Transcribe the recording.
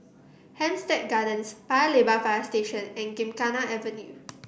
Hampstead Gardens Paya Lebar Fire Station and Gymkhana Avenue